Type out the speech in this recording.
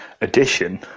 edition